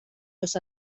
los